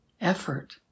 effort